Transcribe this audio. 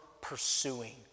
pursuing